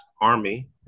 Army